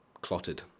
clotted